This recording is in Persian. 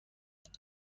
تمام